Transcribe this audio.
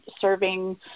serving